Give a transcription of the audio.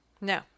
No